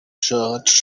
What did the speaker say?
church